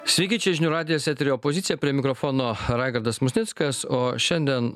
sveiki čia žinių radijas eteryje opozicija prie mikrofono raigardas musnickas o šiandien